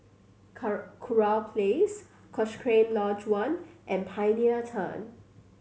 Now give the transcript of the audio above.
Kurau Place Cochrane Lodge One and Pioneer Turn